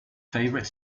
favourite